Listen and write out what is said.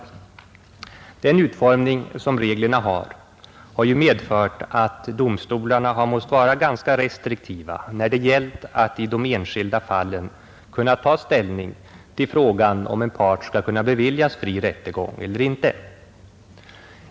Reglernas utformning har ju medfört att domstolarna måste vara ganska restriktiva när det gällt att i de enskilda fallen ta ställning till frågan om en part skall kunna beviljas fri rättegång eller inte.